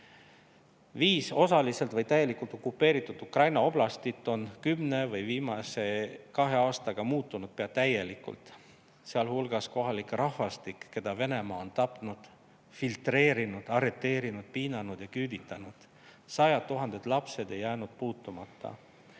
jube. Viis osaliselt või täielikult okupeeritud Ukraina oblastit on kümne või viimase kahe aastaga muutunud pea täielikult, sealhulgas kohalik rahvastik, keda Venemaa on tapnud, filtreerinud, arreteerinud, piinanud ja küüditanud. Sajad tuhanded lapsed ei ole jäänud puutumata.